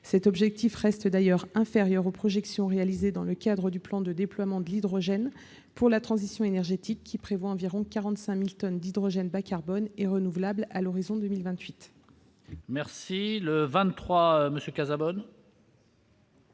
Cet objectif reste d'ailleurs inférieur aux projections réalisées dans le cadre du plan de déploiement de l'hydrogène pour la transition énergétique, qui prévoit la production d'environ 450 000 tonnes d'hydrogène bas-carbone et renouvelable à l'horizon 2028. L'amendement n°